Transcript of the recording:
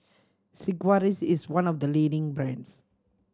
Sigvaris is one of the leading brands